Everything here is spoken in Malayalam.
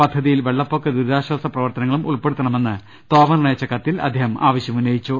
പദ്ധതിയിൽ വെള്ള പ്പൊക്ക ദുരിതാശ്വാസ പ്രവർത്തനങ്ങളും ഉൾപ്പെടുത്തണമെന്ന് തോമ റിന് അയച്ച കത്തിൽ അദ്ദേഹം ആവശ്യം ഉന്നയിച്ചു